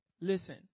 Listen